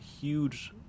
huge